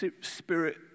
Spirit